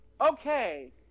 okay